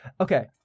Okay